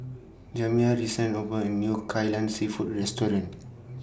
Jamiya recently opened A New Kai Lan Seafood Restaurant